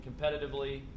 competitively